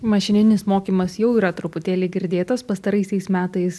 mašininis mokymas jau yra truputėlį girdėtas pastaraisiais metais